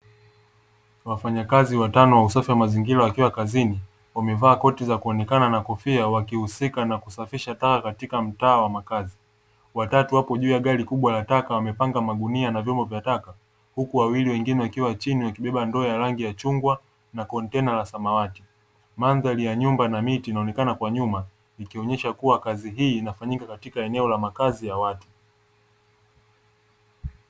Wafanyakazi watano wa usafi wa mazingira wakiwa kazini, wamevaa koti za kuonekana na kofia, wakihusika na kusafisha taka katika mtaa wa makazi. Watatu wapo juu ya gari kubwa la taka wamepanga magunia na vyombo vya taka, huku wawili wengine wakiwa chini wakibeba ndoo ya rangi ya chungwa na kontena la samawati. Mandhari ya nyumba na miti inaonekana kwa nyuma, ikionyesha kuwa kazi hii inafanyika katika eneo la makazi ya watu.